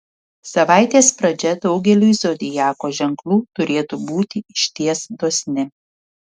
savaitės pradžia daugeliui zodiako ženklų turėtų būti išties dosni